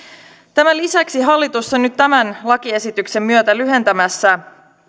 tämän lisäksi hallitus on nyt tämän lakiesityksen myötä lyhentämässä